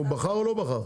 והוא בחר או לא בחר?